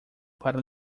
para